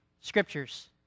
scriptures